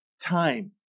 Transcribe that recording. time